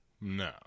No